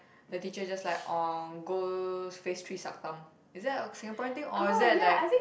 the teacher just like uh go face tree suck thumb is that a Singaporean thing or it that like